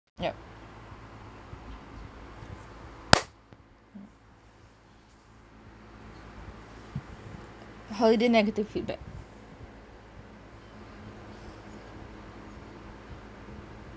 yup holiday negative feedback